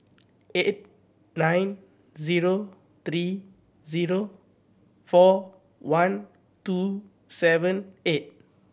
eight nine zero three zero four one two seven eight